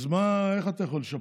אז איך אתה יכול לשפר?